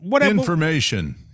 Information